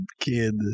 kid